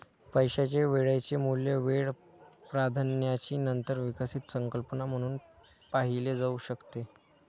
पैशाचे वेळेचे मूल्य वेळ प्राधान्याची नंतर विकसित संकल्पना म्हणून पाहिले जाऊ शकते